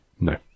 No